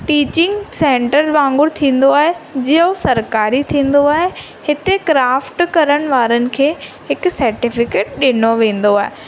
teaching centre वांगुरु थींदो आहे जो सरकारी थींदो आहे हिते क्राफ्ट करण वारनि खे हिकु सेटिफिकेट ॾिनो वेंदो आहे